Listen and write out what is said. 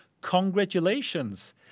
congratulations